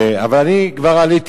אבל אני כבר עליתי.